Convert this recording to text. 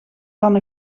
dan